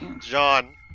John